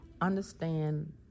understand